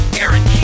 Aaron